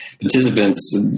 participants